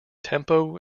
tempo